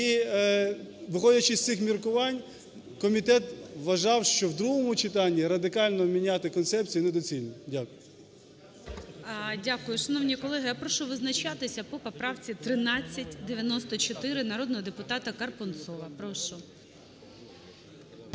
І, виходячи з цих міркувань, комітет вважав, що в другому читанні радикально міняти концепцію недоцільно. Дякую. ГОЛОВУЮЧИЙ. Дякую. Шановні колеги, я прошу визначатися по поправці 1394 народного депутата Карпунцова. Прошу.